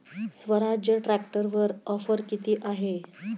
स्वराज्य ट्रॅक्टरवर ऑफर किती आहे?